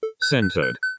Centered